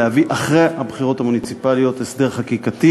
להביא אחרי הבחירות המוניציפליות הסדר חקיקתי